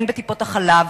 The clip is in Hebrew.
הן בטיפות-חלב,